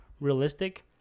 realistic